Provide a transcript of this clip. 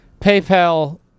PayPal